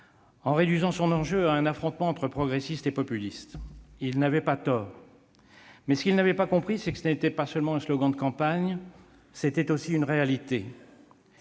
en réduisant l'enjeu de celles-ci à un affrontement entre progressistes et populistes. Ils n'avaient pas tort. Mais ce qu'ils n'avaient pas compris, c'est qu'il ne s'agissait pas seulement d'un slogan de campagne, mais aussi d'une réalité.